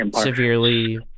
severely